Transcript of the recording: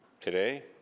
Today